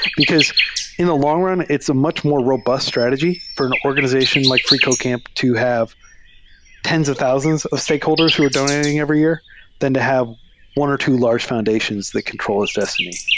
because in the long-run, it's a much more robust strategy for an organization like freecodecamp to have tens of thousands of stakeholders who are donating every year than to have one or two large foundations that control its destiny.